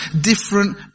different